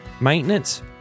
maintenance